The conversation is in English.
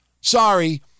Sorry